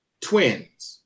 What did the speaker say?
twins